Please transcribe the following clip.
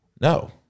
No